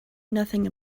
nothing